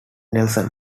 nelson